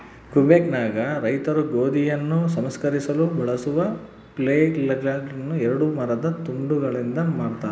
ಕ್ವಿಬೆಕ್ನಾಗ ರೈತರು ಗೋಧಿಯನ್ನು ಸಂಸ್ಕರಿಸಲು ಬಳಸುವ ಫ್ಲೇಲ್ಗಳುನ್ನ ಎರಡು ಮರದ ತುಂಡುಗಳಿಂದ ಮಾಡತಾರ